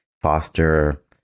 foster